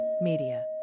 Media